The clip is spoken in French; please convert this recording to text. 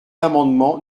amendement